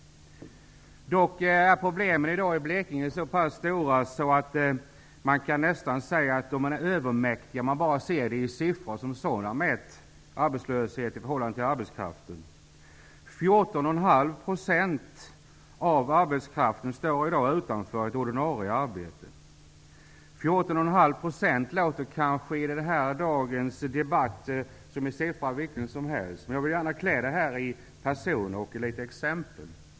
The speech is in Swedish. Problemen i Blekinge är dock i dag så pass stora att man nästan kan säga att de är övermäktiga, om man mäter dem i siffror och ser till arbetslösheten i förhållande till arbetskraften. Det är 14,5 % av arbetskraften som i dag står utan ett ordinarie arbete. I dagens debatt låter det kanske som en siffra vilken som helst. Men jag vill gärna klä den i ord och ge några exempel.